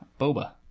Boba